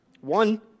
one